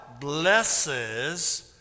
blesses